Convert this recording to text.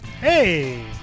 hey